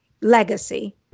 legacy